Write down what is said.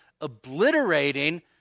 obliterating